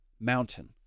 mountain